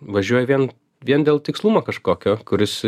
važiuoji vien vien dėl tikslumo kažkokio kuris